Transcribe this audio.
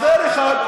הסבר אחד,